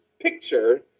picture